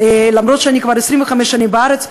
למרות שאני כבר 25 שנים בארץ,